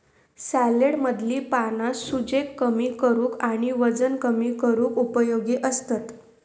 सॅलेडमधली पाना सूजेक कमी करूक आणि वजन कमी करूक उपयोगी असतत